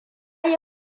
yi